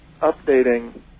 updating